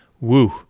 Woo